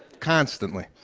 constantly.